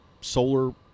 solar